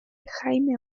jaime